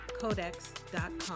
codex.com